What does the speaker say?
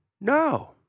No